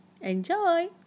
Enjoy